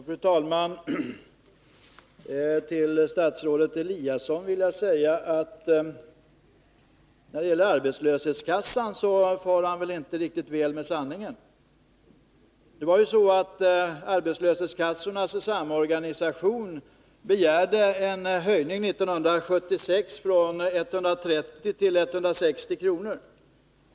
Fru talman! Till statsrådet Eliasson vill jag säga att när det gäller arbetslöshetskassorna far han inte riktigt väl fram med sanningen. Det var ju så att arbetslöshetskassornas samorganisation begärde en höjning 1976 från 130 till 160 kr.